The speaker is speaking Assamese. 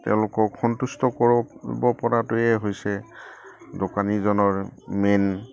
তেওঁলোকক সন্তুষ্ট কৰিব পৰাটোৱে হৈছে দোকানীজনৰ মেইন